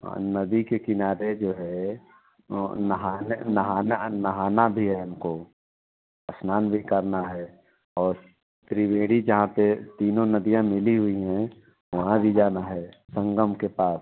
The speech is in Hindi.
हाँ नदी के किनारे जो है ओ नहाने नहाना नहाना भी है हमको स्नान भी करना है और त्रिवेणी जहाँ पर तीनों नदियाँ मिली हुई हैं वहाँ भी जाना है संगम के पास